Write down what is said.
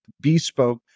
bespoke